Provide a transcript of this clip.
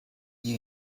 you